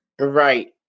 Right